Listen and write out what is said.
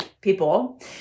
people